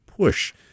Push